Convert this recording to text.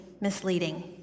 misleading